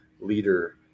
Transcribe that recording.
leader